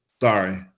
Sorry